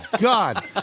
God